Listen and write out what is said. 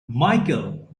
michael